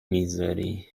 میذاری